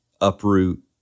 uproot